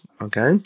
Okay